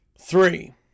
Three